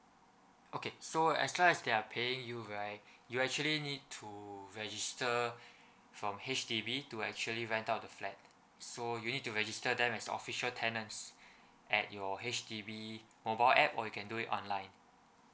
okay so as long as they're paying you right you actually need to register from H_D_B to actually rent out the flat so you need to register them as official tenants at your H_D_B mobile app or you can do it online